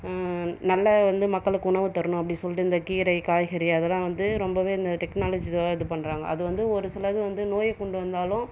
நல்லா வந்து மக்களுக்கு உணவு தரனும் அப்படின்னு சொல்லிட்டு இந்த கீரை காய்கறி அதெல்லாம் வந்து ரொம்பவே இந்த டெக்னாலஜி இதுவாக இது பண்ணுறாங்க அது வந்து ஒரு சிலது வந்து நோயை கொண்டு வந்தாலும்